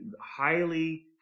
highly